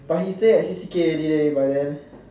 but he stay at C_C_K already leh by then